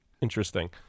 Interesting